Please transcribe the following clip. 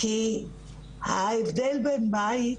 כי ההבדל בין בית